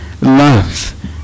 love